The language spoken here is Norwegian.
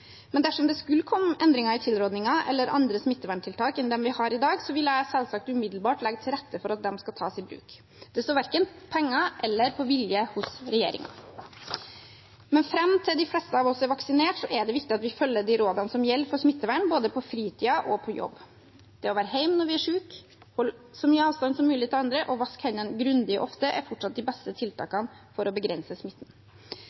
men dersom det skulle komme endringer i tilrådingene eller andre smitteverntiltak enn dem vi har i dag, vil jeg selvsagt umiddelbart legge til rette for at de skal tas i bruk. Det står verken på penger eller på vilje hos regjeringen. Men fram til de fleste av oss er vaksinert, er det viktig at vi følger de rådene som gjelder for smittevern, både på fritiden og på jobb. Det å være hjemme når vi er syke, holde så mye avstand som mulig til andre og vaske hendene grundig og ofte er fortsatt de beste